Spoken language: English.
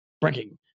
Breaking